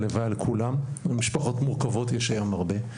הלוואי על כולם, ומשפחות מורכבות יש היום הרבה.